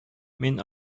мин